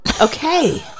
Okay